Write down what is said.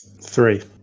Three